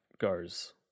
goes